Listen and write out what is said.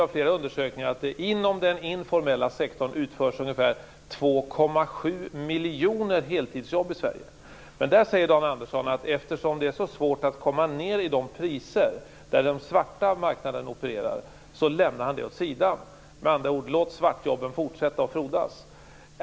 Av flera undersökningar vet jag att ungefär 2,7 miljoner heltidsjobb i Sverige utförs inom den informella sektorn. Men Dan Andersson säger att eftersom det är så svårt att komma ned i de priser där den svarta marknaden opererar lämnar han detta åt sidan. Med andra ord: Låt svartjobben fortsätta att frodas!